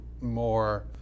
more